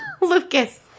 Lucas